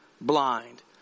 blind